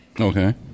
Okay